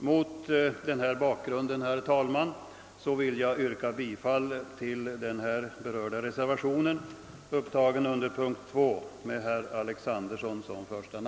Mot denna bakgrund, herr talman, vill jag yrka bifall till reservationen 2 av herr Alexanderson m.fl.